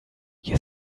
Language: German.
hier